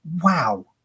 Wow